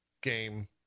game